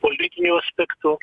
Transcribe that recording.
politiniu aspektu